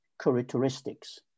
characteristics